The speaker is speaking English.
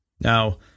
Now